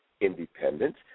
independence